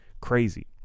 crazy